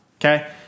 okay